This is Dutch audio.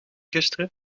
gisteren